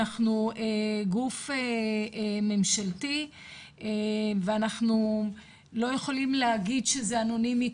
אנחנו גוף ממשלתי ואנחנו לא יכולים להגיד שזה אנונימי,